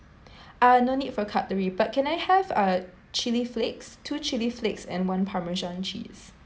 uh no need for cutlery but can I have uh chili flakes two chili flakes and one parmesan cheese